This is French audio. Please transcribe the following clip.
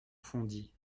fondit